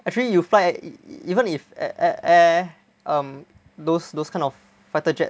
actually you fly even if air~ air~ air um those those kind of fighter jet